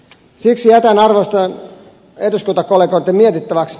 siksi jätän arvoisien eduskuntakollegoiden mietittäväksi